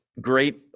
great